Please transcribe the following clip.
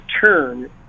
turn